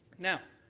now,